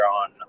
on